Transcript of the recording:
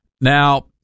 Now